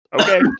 okay